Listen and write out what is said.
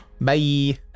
Bye